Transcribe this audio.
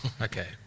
Okay